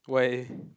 why